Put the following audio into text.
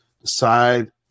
decide